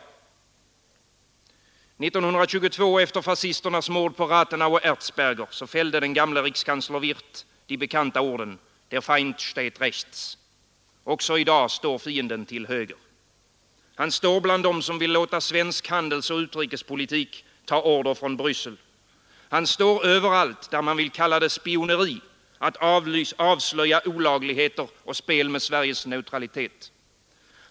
1922, efter fascisternas mord på Rathenau och Erzberger, fällde den gamle rikskansler Wirth de bekanta orden: ”Der Feind steht rechts! ” Också i dag står fienden till höger. Han står bland dem som vill låta svensk handelsoch utrikespolitik ta order från Bryssel. Han står överallt där man vill kalla det spioneri att avslöja olagligheter och spel med Sveriges neutralitet.